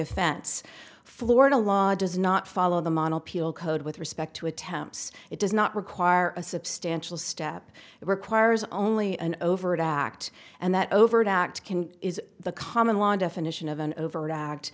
offense florida law does not follow the model people code with respect to attempts it does not require a substantial step it requires only an overt act and that overt act can is the common law definition of an overt act